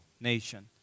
nation